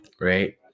Right